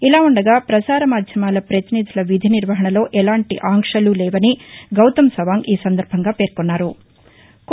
ఇలా ఉండగా పసార మాధ్యమాల పతినిధుల విధి నిర్వహణలో ఎలాంటి ఆంక్షలు లేవని గౌతమ్ సవాంగ్ ఈ సందర్భంగా పేర్కొన్నారు